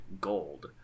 gold